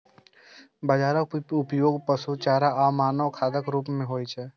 बाजराक उपयोग पशु चारा आ मानव खाद्यक रूप मे होइ छै